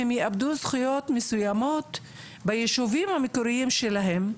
הם יאבדו זכויות מסוימות בישובים המקוריים שלהם,